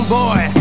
boy